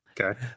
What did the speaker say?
Okay